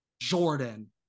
Jordan